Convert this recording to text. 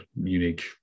unique